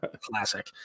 Classic